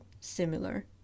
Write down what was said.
similar